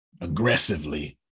aggressively